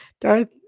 Darth